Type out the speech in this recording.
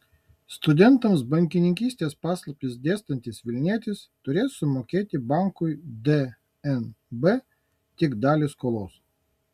studentams bankininkystės paslaptis dėstantis vilnietis turės sumokėti bankui dnb tik dalį skolos